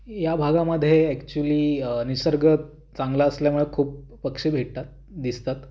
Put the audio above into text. या भागामध्ये ॲक्च्युली निसर्ग चांगला असल्यामुळे खूप पक्षी भेटतात दिसतात